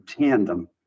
tandem